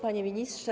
Panie Ministrze!